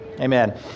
Amen